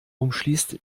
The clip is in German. umschließt